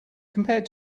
compared